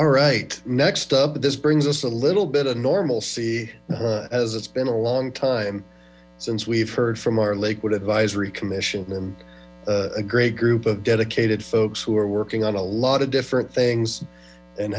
all right next up this brings us a little bit of normalcy as it's been a long time since we've heard from our lakewood advisory commission and a great group of dedicated folks who are working on a lot of different things and